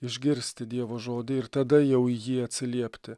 išgirsti dievo žodį ir tada jau jį atsiliepti